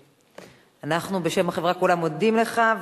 אנחנו בשם החברה כולה מודים לך,